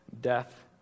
death